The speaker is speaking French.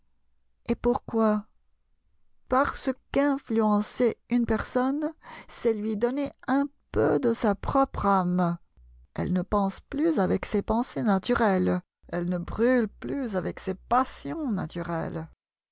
et pourquoi parce qu'influencer une personne c'est lui donner un peu de sa propre âme elle ne pense plus avec ses pensées naturelles elle ne brûle plus avec ses passions naturelles